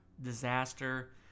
disaster